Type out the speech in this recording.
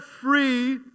free